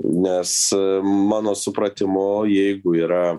nes mano supratimu jeigu yra